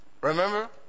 Remember